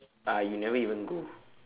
ah you never even go